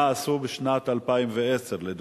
מה עשו בשנת 2010, לדוגמה,